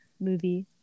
movie